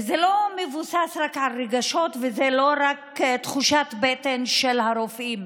זה לא מבוסס רק על רגשות וזה לא רק תחושת בטן של הרופאים,